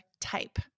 type